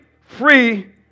free